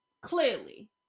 Clearly